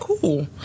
Cool